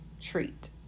treat